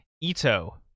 Ito